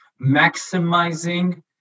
maximizing